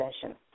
session